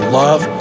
love